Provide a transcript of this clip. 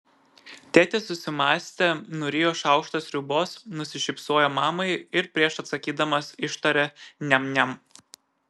tėtis susimąstė nurijo šaukštą sriubos nusišypsojo mamai ir prieš atsakydamas ištarė niam niam